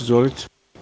Izvolite.